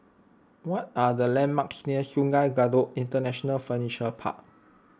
what are the landmarks near Sungei Kadut International Furniture Park